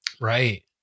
Right